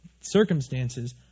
circumstances